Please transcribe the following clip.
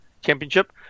championship